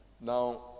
Now